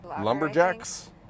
Lumberjacks